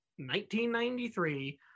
1993